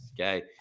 Okay